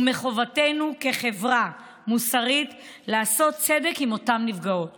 ומחובתנו כחברה מוסרית לעשות צדק עם אותן נפגעות